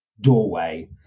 doorway